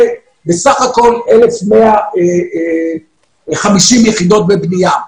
בסך הכול 1,150 יחידות בבנייה.